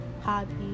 hobby